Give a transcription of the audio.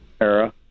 era